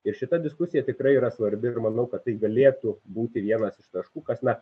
ir šita diskusija tikrai yra svarbi ir manau kad tai galėtų būti vienas iš taškų kas na